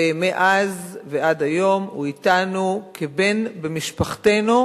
ומאז ועד היום הוא אתנו כבן במשפחתנו,